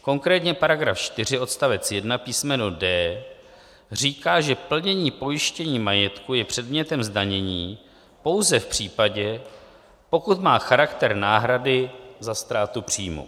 Konkrétně § 4 odst. 1 písm. d) říká, že plnění pojištění majetku je předmětem zdanění pouze v případě, pokud má charakter náhrady za ztrátu příjmu.